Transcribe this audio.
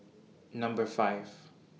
Number five